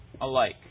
alike